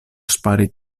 ŝpari